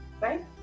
Right